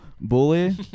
bully